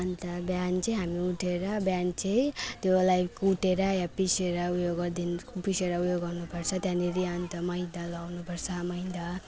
अन्त बिहान चाहिँ हामी उठेर बिहान चाहिँ त्यसलाई कुटेर या पिसेर उयो गरिदिनु पिसेर उयो गर्नुपर्छ त्यहाँनिर अन्त मैदा लगाउनुपर्छ मैदा